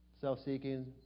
self-seeking